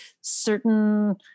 certain